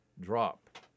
drop